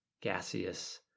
gaseous